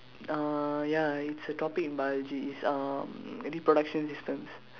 uh ya is a topic in biology it's um reproduction systems